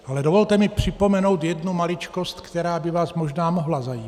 Ale dovolte mi připomenout jednu maličkost, která by vás možná mohla zajímat.